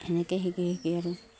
সেনেকৈ শিকি শিকি আৰু